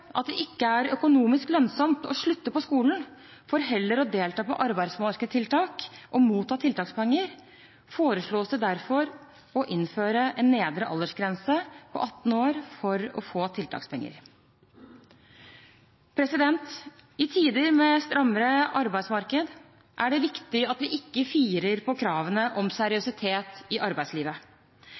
at det ikke er økonomisk lønnsomt å slutte på skolen for heller å delta på arbeidsmarkedstiltak og motta tiltakspenger foreslås det å innføre en nedre aldersgrense på 18 år for å få tiltakspenger. I tider med slakkere arbeidsmarked er det viktig at vi ikke firer på kravene om seriøsitet i arbeidslivet.